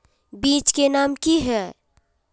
बीज के नाम की हिये?